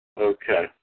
Okay